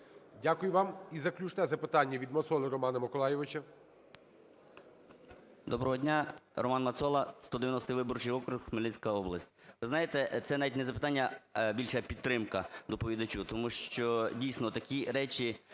Дякую вам. І заключне запитання від Мацоли Романа Миколайовича. 11:54:29 МАЦОЛА Р.М. Доброго дня! Роман Мацола, 190 виборчий округ, Хмельницька область. Ви знаєте, це навіть не запитання, більше підтримка доповідачу, тому що, дійсно, такі речі